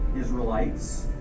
Israelites